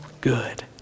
good